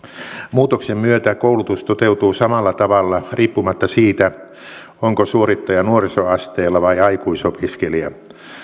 muutoksen myötä koulutus toteutuu samalla tavalla riippumatta siitä onko suorittaja nuorisoasteella vai aikuisopiskelija